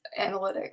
analytics